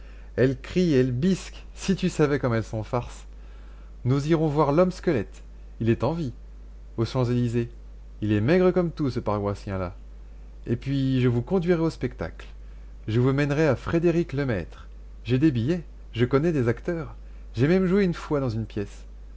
elles crient elles bisquent si tu savais comme elles sont farces nous irons voir l'homme squelette il est en vie aux champs-élysées il est maigre comme tout ce paroissien là et puis je vous conduirai au spectacle je vous mènerai à frédérick-lemaître j'ai des billets je connais des acteurs j'ai même joué une fois dans une pièce